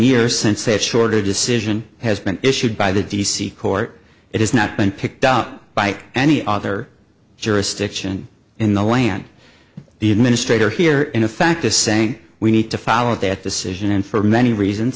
years since that short a decision has been issued by the d c court it has not been picked up by any other jurisdiction in the land the administrator here in effect is saying we need to follow that decision and for many reasons